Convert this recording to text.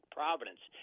providence